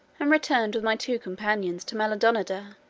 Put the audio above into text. um returned with my two companions to maldonada,